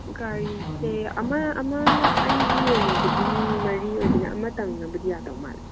ꯒꯥꯔꯤꯁꯦ ꯑꯃ ꯑꯃ ꯑꯩꯒꯤ ꯑꯣꯏꯅꯕꯨꯗꯤ ꯃꯤ ꯃꯔꯤ ꯑꯣꯏꯗꯣꯏꯅꯦ ꯑꯃꯇꯪꯅꯕꯨꯗꯤ ꯌꯥꯗꯧ ꯃꯥꯂꯦ